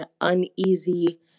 uneasy